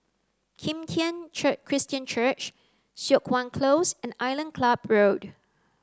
Kim Tian Christian Church Siok Wan Close and Island Club Road